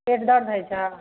पेट दरद होइ छऽ